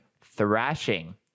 thrashing